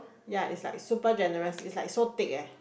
ya it's like super generous it's like so thick eh